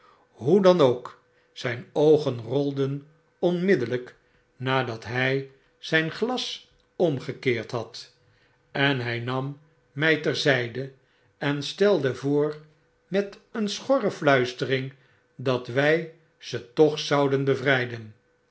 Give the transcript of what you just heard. hoe dan ook zyn oogen rolden onmiddellijk nadat hy zijn glas omgekeerd had en hy nam mfl ter zyde en stelde voor met een schorre fluistering dat wy ze toch zouden bevryden